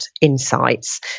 Insights